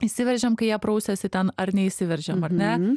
įsiveržiam kai jie prausiasi ten ar neįsiveržiam ar ne